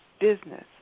business